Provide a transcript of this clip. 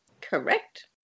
correct